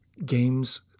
games